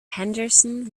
henderson